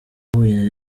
nahuye